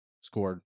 scored